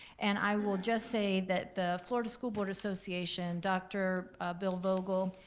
and i will just say that the florida school board association, doctor bill vogel,